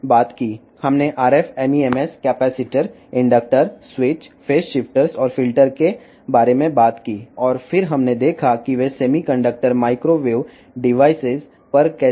తదుపరి RF MEMS capacitor inductor స్విచ్లు phase షిఫ్టర్లు ఫిల్టర్ల గురించి మాట్లాడాము మరియు వివిధ రకాల RF MEMS భాగాల గురించి మాట్లాడాము మరియు సెమీకండక్టర్ మైక్రోవేవ్ పరికరాల కంటే అవి ఎలా భిన్నంగా ఉన్నతమైనవో చూశాము